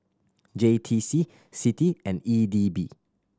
J T C CITI and E D B